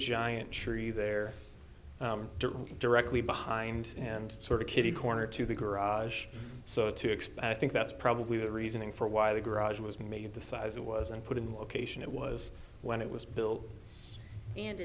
giant tree there directly behind and sort of kitty corner to the garage so to expand i think that's probably the reasoning for why the garage was made of the size it was and put in location it was when it was built and